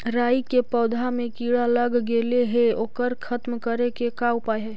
राई के पौधा में किड़ा लग गेले हे ओकर खत्म करे के का उपाय है?